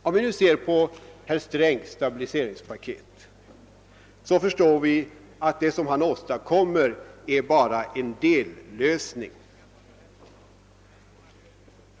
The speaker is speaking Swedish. Om vi nu ser på herr Strängs stabiliseringspaket, så förstår vi att det som han åstadkommer bara är en dellösning.